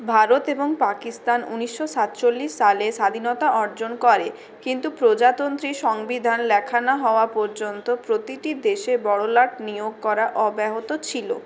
ভারত এবং পাকিস্তান উনিশশো সাতচল্লিশ সালে স্বাধীনতা অর্জন করে কিন্তু প্রজাতন্ত্রী সংবিধান লেখা না হওয়া পর্যন্ত প্রতিটি দেশে বড়লাট নিয়োগ করা অব্যাহত ছিলো